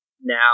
now